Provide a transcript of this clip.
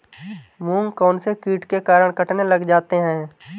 मूंग कौनसे कीट के कारण कटने लग जाते हैं?